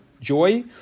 joy